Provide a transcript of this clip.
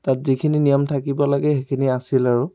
তাত যিখিনি নিয়ম থাকিব লাগে সেইখিনি আছিল আৰু